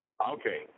Okay